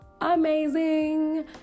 Amazing